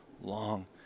long